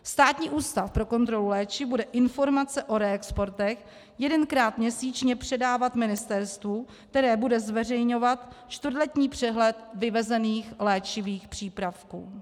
Státní ústav pro kontrolu léčiv bude informace o reexportech jedenkrát měsíčně předávat ministerstvu, které bude zveřejňovat čtvrtletní přehled vyvezených léčivých přípravků.